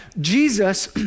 Jesus